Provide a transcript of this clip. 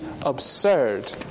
absurd